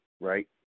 right